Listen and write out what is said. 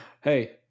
Hey